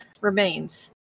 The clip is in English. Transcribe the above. Remains